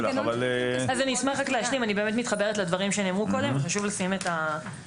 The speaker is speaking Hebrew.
אני באמת מתחברת לדברים שנאמרו קודם וחשוב לשים את הדגש על הנקודה הזאת.